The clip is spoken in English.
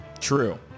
true